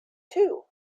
too